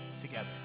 together